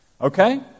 Okay